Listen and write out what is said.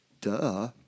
duh